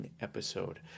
episode